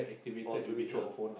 all too rich ah